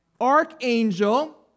archangel